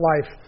life